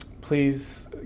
please